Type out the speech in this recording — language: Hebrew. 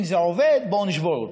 אם זה עובד, בואו נשבור אותו.